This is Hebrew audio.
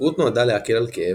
התמכרות נועדה להקל על כאב,